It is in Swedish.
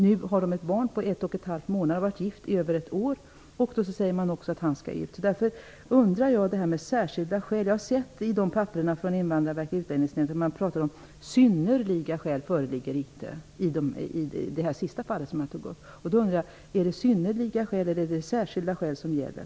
Nu har paret ett barn på en och en halv månad. De har varit gifta i över ett år. Ändå säger man att mannen skall skickas ut. I papperen från Invandrarverket och utlänningsnämnden talar man om att det inte föreligger synnerliga skäl i det här fallet. Är det ''synnerliga'' skäl eller ''särskilda'' skäl som gäller?